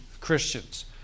Christians